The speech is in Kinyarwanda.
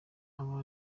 aba